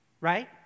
right